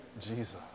Jesus